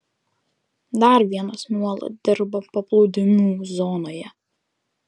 dar vienas nuolat dirba paplūdimių zonoje